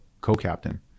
co-captain